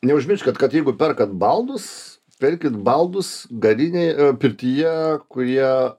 neužmirškit kad jeigu perkat baldus pirkit baldus garinėj pirtyje kurie